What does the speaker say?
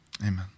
Amen